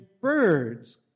birds